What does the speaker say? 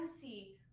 see